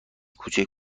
کوچک